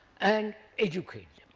and educate